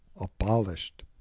abolished